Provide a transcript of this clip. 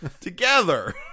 together